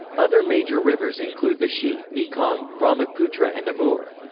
other major rivers include the xi, mekong, brahmaputra and amur.